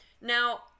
Now